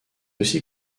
aussi